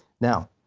Now